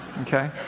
okay